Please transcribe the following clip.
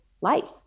life